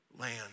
land